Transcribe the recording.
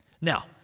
Now